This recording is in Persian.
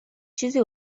چیزی